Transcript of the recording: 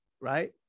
right